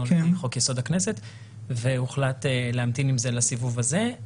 לחוק יסוד: הכנסת והוחלט להמתין עם זה לסיבוב הזה.